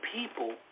people